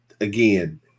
again